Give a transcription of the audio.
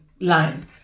line